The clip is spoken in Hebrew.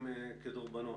דברים כדורבנות.